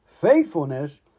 faithfulness